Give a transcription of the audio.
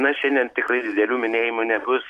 na šiandien tikrai didelių minėjimų nebus